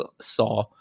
saw